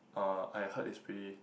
uh I heard it's pretty